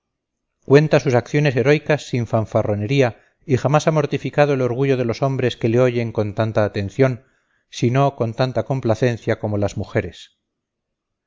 cuenta sus acciones heroicas sin fanfarronería y jamás ha mortificado el orgullo de los hombres que le oyen con tanta atención si no con tanta complacencia como las mujeres